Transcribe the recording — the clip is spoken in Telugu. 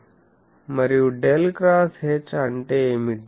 మరియు ∇ X H అంటే ఏమిటి